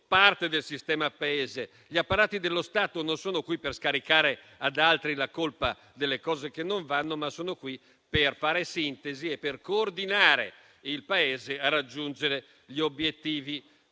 parte del sistema Paese. Gli apparati dello Stato non sono qui per scaricare ad altri la colpa di ciò che non va, ma sono qui per fare sintesi e per coordinare il Paese a raggiungere gli obiettivi